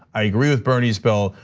i agree with bernie's bill.